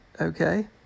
Okay